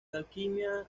alquimia